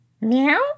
Meow